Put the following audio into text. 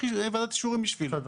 ועדת אישורים בשבילו.